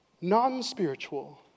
non-spiritual